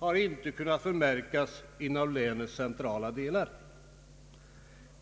kan inte förmärkas inom länets centrala delar.